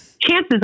chances